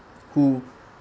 who